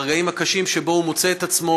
ברגעים הקשים שבהם הוא מוצא את עצמו